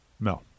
No